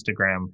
instagram